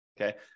Okay